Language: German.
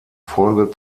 folge